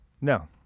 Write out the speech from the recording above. No